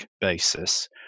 basis